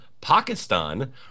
Pakistan